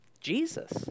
Jesus